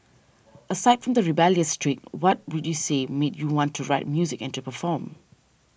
aside from the rebellious streak what would you say made you want to write music and to perform